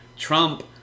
Trump